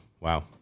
Wow